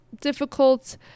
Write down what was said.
difficult